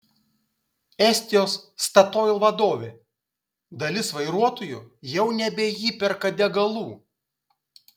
estijos statoil vadovė dalis vairuotojų jau nebeįperka degalų